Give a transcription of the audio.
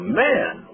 man